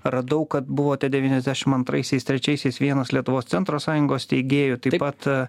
radau kad buvote devyniasdešim antraisiais trečiaisiais vienas lietuvos centro sąjungos steigėjų taip pat